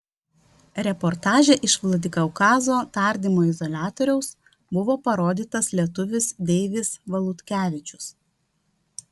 reportaže iš vladikaukazo tardymo izoliatoriaus buvo parodytas lietuvis deivis valutkevičius